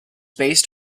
based